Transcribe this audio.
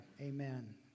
Amen